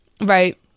right